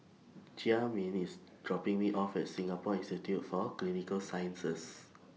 Jamin IS dropping Me off At Singapore Institute For Clinical Sciences